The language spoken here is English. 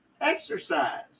exercise